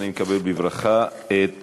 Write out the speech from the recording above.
אני מקדם בברכה את